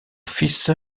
fils